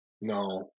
No